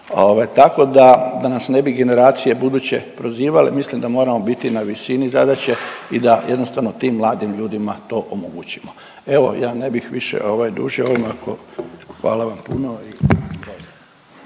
da, da nas ne bi generacije buduće prozivale mislim da moramo biti na visini zadaće i da jednostavno tim mladim ljudima to omogućimo. Evo ja ne bih više ovaj dužio ovim ako. Hvala vam puno.